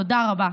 תודה רבה.